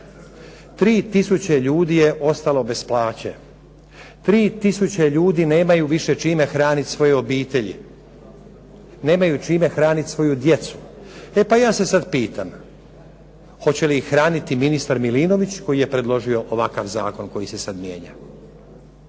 3000 ljudi je ostalo bez plaće. 3000 ljudi nemaju više čime hraniti svoje obitelji, nemaju čime hraniti svoju djecu. E pa ja se sad pitam, hoće li ih hraniti ministar Milinović koji je predložio ovakav zakon koji se sad mijenja?